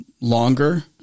longer